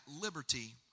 liberty